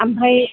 आमफ्राइ